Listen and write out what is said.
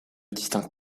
distingue